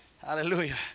Hallelujah